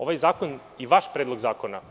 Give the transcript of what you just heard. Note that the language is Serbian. Ovaj zakon je vaš Predlog zakona.